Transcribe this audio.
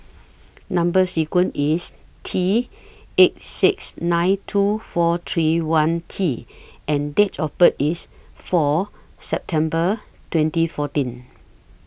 Number sequence IS T eight six nine two four three one T and Date of birth IS four September twenty fourteen